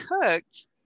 cooked